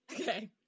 Okay